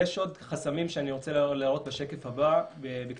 יש עוד חסמים שאני רוצה להראות בשקף הבא בקצרה.